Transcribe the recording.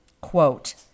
quote